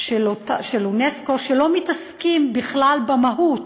של אונסק"ו, שלא מתעסקים בכלל במהות,